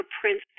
Prince